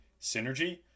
synergy